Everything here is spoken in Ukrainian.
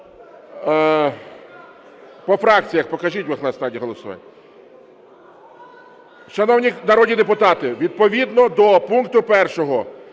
По фракціях покажіть останнє голосування. Шановні народні депутати, відповідно до пункту 1